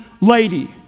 lady